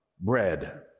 bread